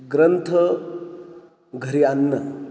ग्रंथ घरी आणणं